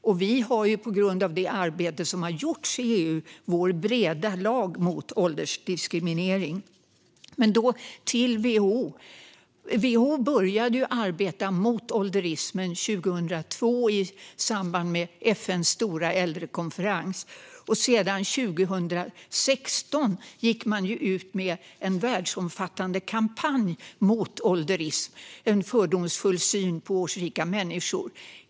Vi i Sverige har tack vare det arbete som har gjorts i EU vår breda lag mot åldersdiskriminering. WHO började arbeta mot ålderismen 2002 i samband med FN:s stora äldrekonferens. År 2016 gick man sedan ut med en världsomfattande kampanj mot ålderism, en fördomsfull syn på årsrika människor.